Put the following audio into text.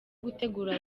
gutegura